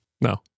No